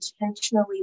intentionally